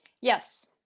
Yes